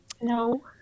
No